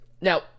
now